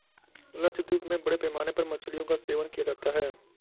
लक्षद्वीप में बड़े पैमाने पर मछलियों का सेवन किया जाता है